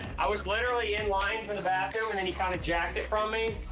i was literally in line for the bathroom and then he kind of jacked it from me.